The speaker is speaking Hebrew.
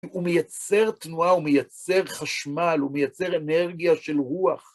הוא מייצר תנועה, הוא מייצר חשמל, הוא מייצר אנרגיה של רוח.